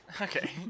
Okay